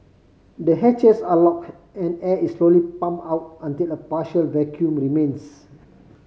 the hatches are lock and air is slowly pump out until a partial vacuum remains